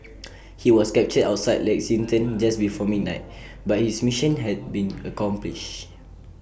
he was captured outside Lexington just before midnight but his mission had been accomplished